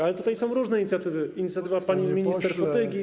Ale są różne inicjatywy, inicjatywa pani minister Fotygi.